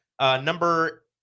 number